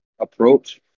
approach